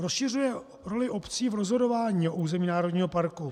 Rozšiřuje roli obcí v rozhodování na území národního parku.